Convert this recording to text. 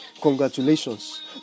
congratulations